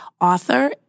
author